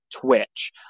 Twitch